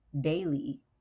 daily